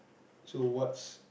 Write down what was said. so what's